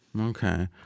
Okay